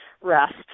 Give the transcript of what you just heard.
rest